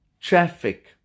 traffic